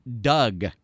Doug